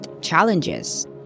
challenges